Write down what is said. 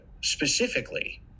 specifically